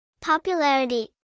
Popularity